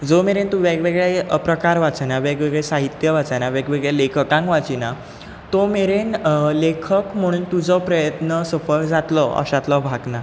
जो मेरेन तूं वेगवेगळें प्रकार वाचना वेगवेगळें साहित्य वाचना वेगवेगळ्या लेखकांक वाचिना तो मेरेन लेखक म्हणून तुजो प्रयत्न सफळ जातलो अशांतलो भाग ना